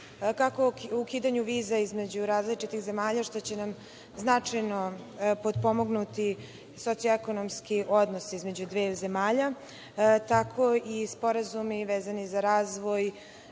kako o ukidanju viza između različitih zemalja što će nam značajno potpomognuti sociekonomski odnos između dveju zemalja, tako i sporazumi vezano za razvoj